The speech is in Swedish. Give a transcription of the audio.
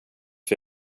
för